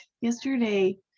yesterday